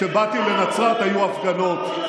כשבאתי לנצרת היו הפגנות,